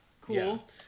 Cool